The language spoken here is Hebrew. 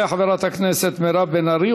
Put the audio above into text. תעלה חברת הכנסת מירב בן ארי,